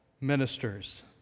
ministers